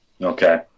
Okay